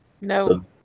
No